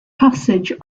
passage